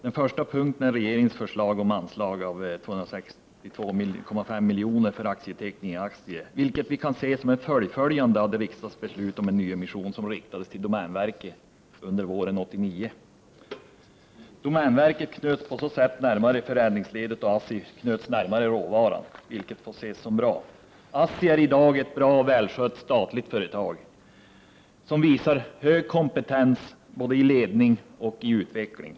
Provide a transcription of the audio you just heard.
Den första punkten gäller regeringens förslag om ett anslag på 262,5 miljoner för aktieteckning i ASSI. Detta kan ses som ett fullföljande av det riksdagsbeslut om en nyemission som riktades till domänverket under våren 1989. Domänverket knöts på så sätt närmare förädlingsledet, och ASSI knöts närmare råvaran, vilket är bra. ASSI är i dag ett bra och välskött statligt företag, som visar hög kompetens i fråga om både ledning och utveckling.